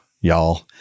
y'all